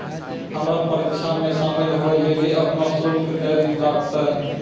हमरा परीक्षा मे शामिल होय लेली अपनो शुल्क दैल लागतै